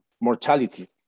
mortality